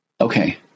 Okay